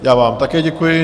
Já vám také děkuji.